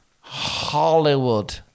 Hollywood